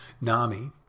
nami